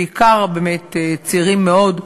בעיקר באמת צעירים מאוד,